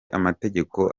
amategeko